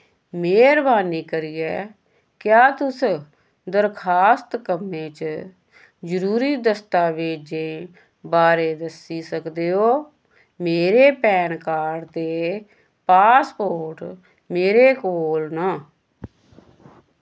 मेह्रबानी करियै क्या तुस दरखास्त कम्मै च जरूरी दस्तावेजें बारै दस्सी सकदे ओ मेरे पैन कार्ड ते पासपोर्ट मेरे कोल न